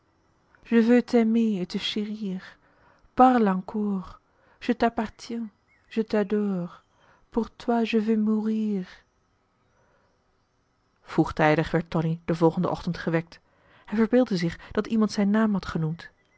drietal novellen vroegtijdig werd tonie den volgenden ochtend gewekt hij verbeeldde zich dat iemand zijn naam had genoemd